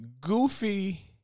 goofy